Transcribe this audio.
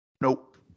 Nope